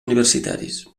universitaris